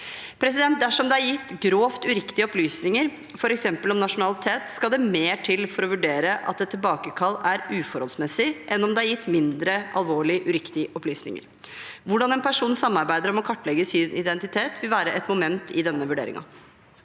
botid. Dersom det er gitt grovt uriktige opplysninger, f.eks. om nasjonalitet, skal det mer til for å vurdere at et tilbakekall er uforholdsmessig enn om det er gitt mindre alvorlige uriktige opplysninger. Hvordan en person samarbeider om å klarlegge sin identitet, vil være et moment i denne vurderingen.